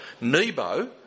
Nebo